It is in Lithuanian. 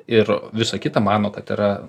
ir visa kita mano kad yra